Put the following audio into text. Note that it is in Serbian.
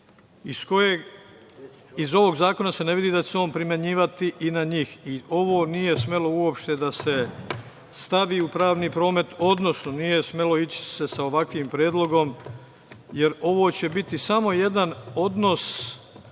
subjekti. Iz ovog zakona se ne vidi da će se on primenjivati i na njih. Ovo nije smelo uopšte da se stavi u pravni promet, odnosno, nije se smelo ići sa ovakvim predlogom, jer ovo će biti samo jedan odnos